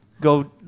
Go